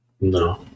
No